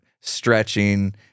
stretching